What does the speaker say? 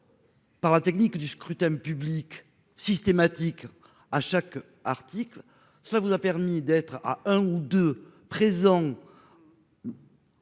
Par la technique du scrutin public systématique à chaque article ça vous a permis d'être à un ou deux présents.--